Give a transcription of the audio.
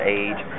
age